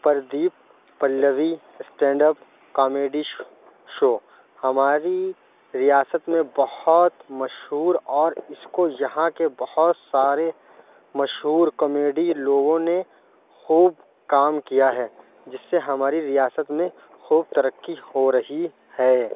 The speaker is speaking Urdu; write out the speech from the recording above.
Pradeep Pallavi stand up comedy show ہماری ریاست میں بہت مشہور اور اِس کو یہاں کے بہت سارے مشہور کمیڈی لوگوں نے خوب کام کیا ہے جس سے ہماری ریاست میں خوب ترقی ہو رہی ہے